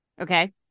Okay